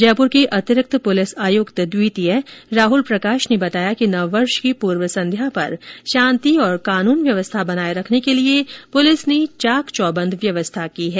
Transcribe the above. जयपुर के अतिरिक्त पुलिस आयुक्त द्वितीय राहुल प्रकाश ने बताया कि नववर्ष की पूर्व संध्या पर शांति और कानून व्यवस्था बनाये रखने के लिये पुलिस ने चाक चौबंद व्यवस्था की है